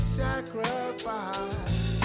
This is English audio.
sacrifice